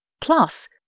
Plus